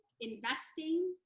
investing